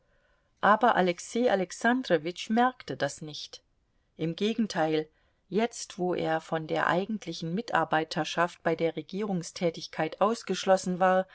aber alexei alexandrowitsch merkte das nicht im gegenteil jetzt wo er von der eigentlichen mitarbeiterschaft bei der regierungstätigkeit ausgeschlossen war